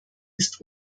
ist